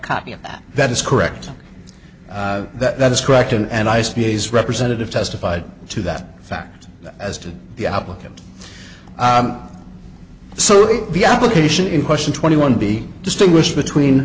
copy of that that is correct that is correct and i see as representative testified to that fact as to the applicant so the application in question twenty one to be distinguished between